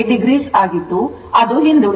8o ಆಗಿದ್ದು ಅದು ಹಿಂದುಳಿದಿದೆ